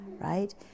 right